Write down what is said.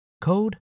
code